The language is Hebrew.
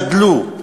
גדלו,